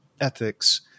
ethics